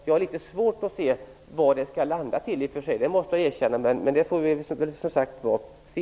Jag har litet svårt att se var detta skall landa, det måste jag erkänna, men det får vi som sagt var se.